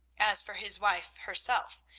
as for his wife herself,